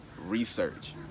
research